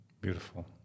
beautiful